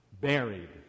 buried